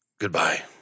Goodbye